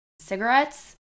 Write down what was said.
cigarettes